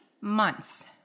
months